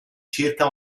circa